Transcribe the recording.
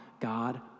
God